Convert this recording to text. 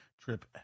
Trip